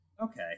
Okay